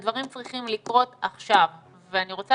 הדברים צריכים לקרות עכשיו ואני רוצה